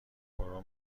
برو